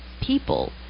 people